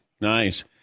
Nice